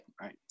Right